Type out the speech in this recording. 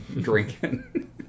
drinking